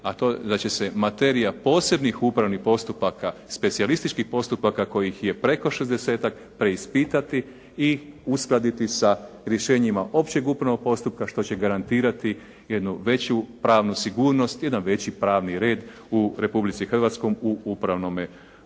a to da će se materija posebnih upravnih postupaka, specijalističkih postupaka kojih je preko šezdesetak preispitati i uskladiti sa rješenjima općeg upravnog postupka što će garantirati jednu veću pravnu sigurnost, jedan veći pravni red u Republici Hrvatskoj u upravnome postupku